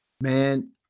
man